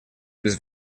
без